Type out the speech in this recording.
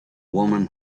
woman